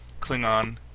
Klingon